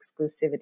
exclusivity